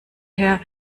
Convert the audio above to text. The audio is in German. her